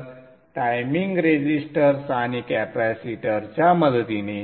तर timing resistors आणि कॅपेसिटरच्या मदतीने